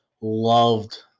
loved